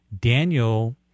Daniel